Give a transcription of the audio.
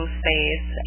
space